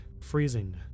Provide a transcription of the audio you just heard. freezing